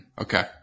Okay